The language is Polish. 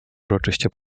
uroczyście